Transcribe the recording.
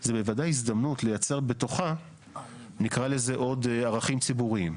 זה בוודאי הזדמנות לייצר בתוכה עוד ערכים ציבוריים.